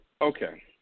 okay